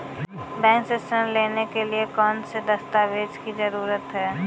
Bank से ऋण लेने के लिए कौन से दस्तावेज की जरूरत है?